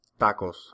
Tacos